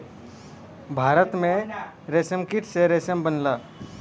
भारत में रेशमकीट से रेशम बनला